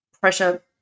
Pressure